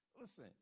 listen